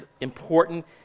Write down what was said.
important